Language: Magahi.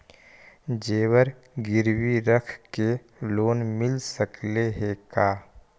जेबर गिरबी रख के लोन मिल सकले हे का?